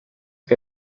que